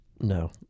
No